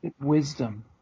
Wisdom